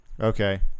Okay